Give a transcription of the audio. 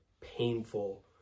painful